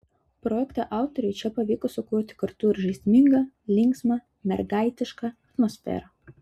projekto autoriui čia pavyko sukurti kartu ir žaismingą linksmą mergaitišką atmosferą